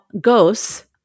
ghosts